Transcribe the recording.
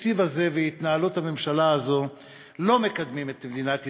התקציב הזה והתנהלות הממשלה הזאת לא מקדמים את מדינת ישראל,